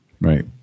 Right